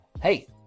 hey